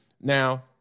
Now